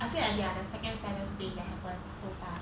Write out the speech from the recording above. I feel like they are the second saddest thing that happened so far